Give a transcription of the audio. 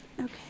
Okay